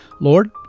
Lord